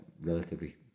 relatively